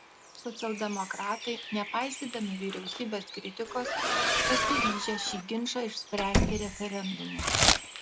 socialdemokratai nepaisydami vyriausybės kritikos pasiryžę šį ginčą išspręsti referendumu